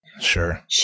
Sure